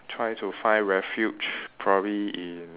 try to find refuge probably in